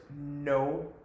no